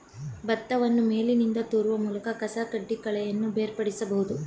ಭತ್ತವನ್ನು ಮೇಲಿನಿಂದ ತೂರುವ ಮೂಲಕ ಕಸಕಡ್ಡಿ ಕಳೆಯನ್ನು ಬೇರ್ಪಡಿಸಬೋದು